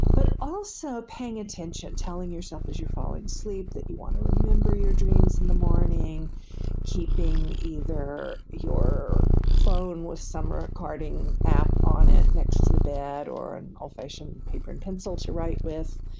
but also paying attention, telling yourself as you're falling asleep that you want to remember your dreams in the morning keeping either your phone with some recording app on it next to the bed or and old-fashioned paper and pencil to write with.